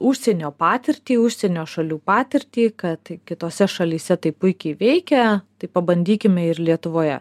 užsienio patirtį užsienio šalių patirtį kad kitose šalyse tai puikiai veikia pabandykime ir lietuvoje